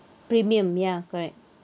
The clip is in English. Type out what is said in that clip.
premium ya correct